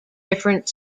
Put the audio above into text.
different